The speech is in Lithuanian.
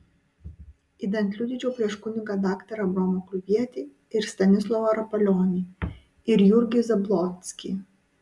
idant liudyčiau prieš kunigą daktarą abraomą kulvietį ir stanislovą rapolionį ir jurgį zablockį